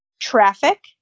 traffic